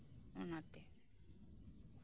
ᱚᱱᱟᱛᱮ